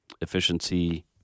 Efficiency